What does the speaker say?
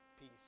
peace